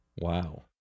Wow